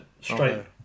Straight